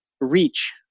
reach